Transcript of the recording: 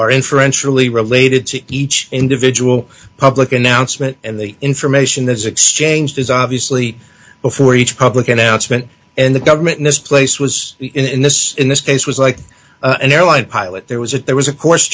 are inferentially related to each individual public announcement and the information that's exchanged is obviously before each public announcement and the government in its place was in this in this case was like an airline pilot there was a there was a course